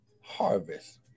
harvest